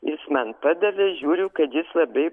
jis man padavė žiūriu kad jis labai